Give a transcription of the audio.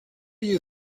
you